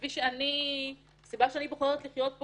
כפי שאני בוחרת לחיות פה